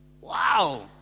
Wow